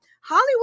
Hollywood